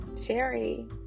Sherry